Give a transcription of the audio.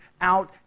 out